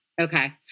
Okay